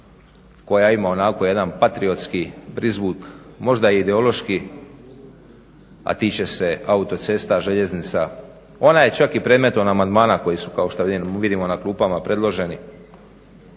koja ima onako jedan patriotski prizvuk možda i ideološki, a tiče se autocesta, željeznica. Ona je čak i predmetom amandmana koji su kao što vidimo na klupama predloženi.